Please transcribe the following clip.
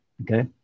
Okay